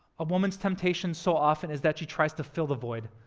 a woman's temptation so often is that she tries to fill the void.